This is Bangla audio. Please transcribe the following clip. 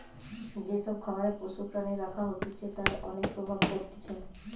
যে সব খামারে পশু প্রাণী রাখা হতিছে তার অনেক প্রভাব পড়তিছে